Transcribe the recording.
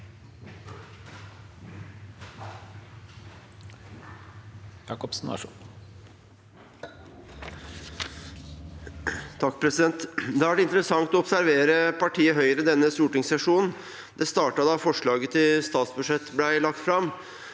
(A) Det har vært interes- sant å observere partiet Høyre i denne stortingssesjonen. Det startet da forslaget til statsbudsjett ble lagt fram.